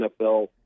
NFL